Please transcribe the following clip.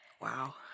Wow